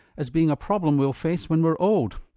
as being a problem we'll face when we're old.